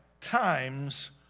times